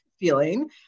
feeling